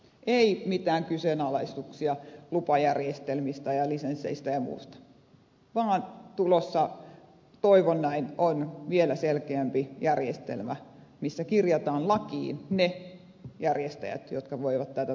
ei mitään kyseenalaisuuksia lupajärjestelmistä ja lisensseistä ja muusta vaan tulossa toivon näin on vielä selkeämpi järjestelmä missä kirjataan lakiin ne järjestäjät jotka voivat tätä toimintaa harjoittaa